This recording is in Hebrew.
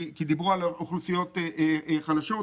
כי דיברו על אוכלוסיות חלשות,